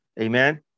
Amen